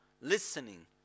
listening